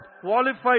qualified